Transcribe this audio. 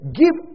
give